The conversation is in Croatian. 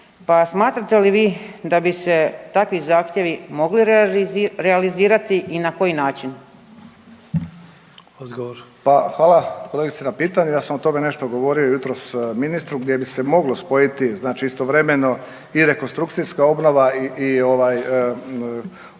Pa smatrate li vi da bi se takvi zahtjevi mogli realizirati i na koji način?